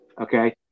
Okay